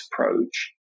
approach